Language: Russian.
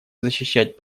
защищать